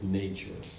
nature